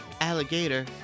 alligator